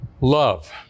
Love